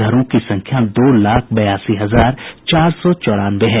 घरों की संख्या दो लाख बयासी हजार चार सौ चौरानवे है